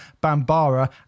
Bambara